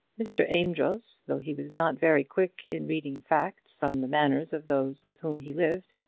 mr. amedroz, though he was not very quick in reading facts from the manners of those with whom he lived,